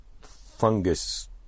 fungus